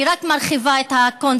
אני רק מרחיבה את הקונספט,